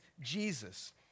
Jesus